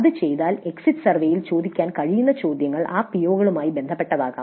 ഇത് ചെയ്താൽ എക്സിറ്റ് സർവേയിൽ ചോദിക്കാൻ കഴിയുന്ന ചോദ്യങ്ങൾ ആ പിഒകളുമായി ബന്ധപ്പെട്ടതാകാം